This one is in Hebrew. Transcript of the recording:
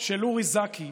של אורי זכי,